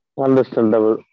understandable